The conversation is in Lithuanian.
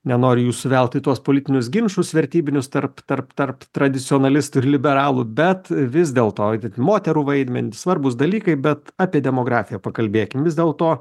nenoriu jūsų velt į tuos politinius ginčus vertybinius tarp tarp tarp tradicionalistų ir liberalų bet vis dėlto moterų vaidmenį svarbūs dalykai bet apie demografiją pakalbėkim vis dėlto